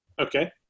Okay